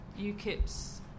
UKIP's